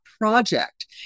Project